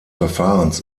verfahrens